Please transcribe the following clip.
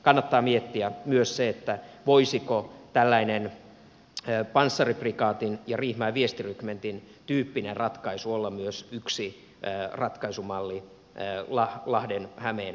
kannattaa miettiä myös sitä voisiko tällainen panssariprikaatin ja riihimäen viestirykmentin tyyppinen ratkaisu olla myös yksi ratkaisumalli lahden hämeen rykmentille